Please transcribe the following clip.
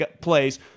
plays